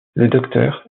docteur